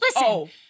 Listen